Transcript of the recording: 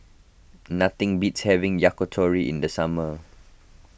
nothing beats having Yakitori in the summer